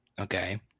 okay